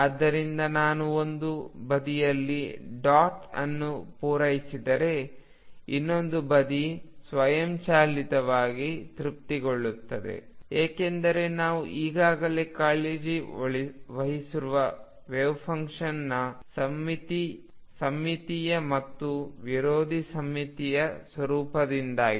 ಆದ್ದರಿಂದ ನಾನು ಒಂದು ಬದಿಯಲ್ಲಿ ಡಾಟ್ ಅನ್ನು ಪೂರೈಸಿದರೆ ಇನ್ನೊಂದು ಬದಿ ಸ್ವಯಂಚಾಲಿತವಾಗಿ ತೃಪ್ತಿಗೊಳ್ಳುತ್ತದೆ ಏಕೆಂದರೆ ನಾವು ಈಗಾಗಲೇ ಕಾಳಜಿ ವಹಿಸಿರುವ ವೆವ್ಫಂಕ್ಷನ್ನ ಸಮ್ಮಿತೀಯ ಮತ್ತು ವಿರೋಧಿ ಸಮ್ಮಿತೀಯ ಸ್ವರೂಪದಿಂದಾಗಿ